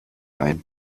ein